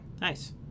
nice